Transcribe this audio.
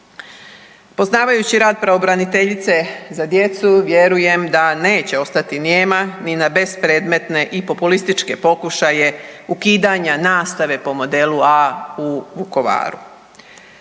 Poznavajući rad pravobraniteljice za djecu, vjerujem da neće ostati nijema ni na bespredmetne i populističke pokušaje ukidanja nastave po modelu A u Vukovaru.